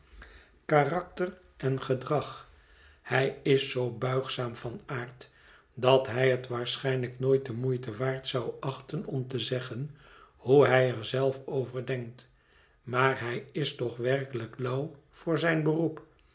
en gedrag hij is zoo buigzaam van aard dat hij het waarschijnlijk nooit de moeite waard zou achten om te zeggen hoe hij er zelf over denkt maar hij is toch werkelijk lauw voor zijn beroep